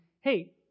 hey